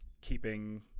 keeping